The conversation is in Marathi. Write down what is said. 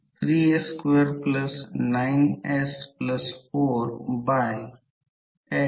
तर समानपणे हे R1 R2 R3 R2 R3 असेल